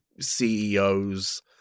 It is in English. CEOs